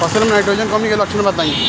फसल में नाइट्रोजन कमी के लक्षण बताइ?